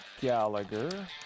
Gallagher